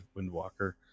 windwalker